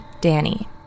Danny